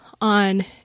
on